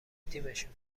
تیمشون